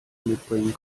mitbringen